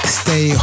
stay